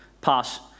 pass